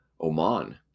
Oman